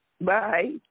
Bye